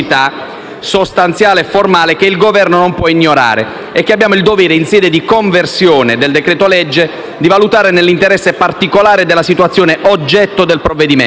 sostanziale e formale, che il Governo non può ignorare e che abbiamo il dovere, in sede di conversione del decreto-legge, di valutare nell'interesse particolare della situazione oggetto del provvedimento,